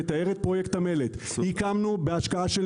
מתאר את פרויקט המלט: הקמנו בהשקעה של